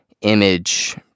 image